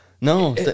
No